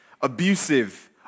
abusive